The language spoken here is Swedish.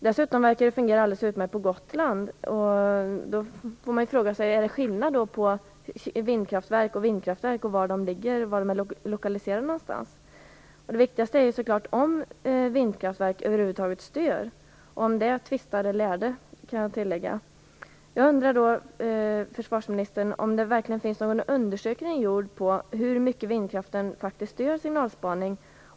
Dessutom verkar det fungera alldeles utmärkt på Gotland. Är det skillnad på vindkraftverk och vindkraftverk beroende på var de är lokaliserade någonstans? Det viktigaste är naturligtvis om vindkraftverk över huvud taget stör. Om det tvistar de lärde, kan jag tillägga. Jag undrar, försvarsministern, om det verkligen finns någon undersökning gjord av hur mycket vindkraften faktiskt stör signalspaning.